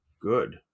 good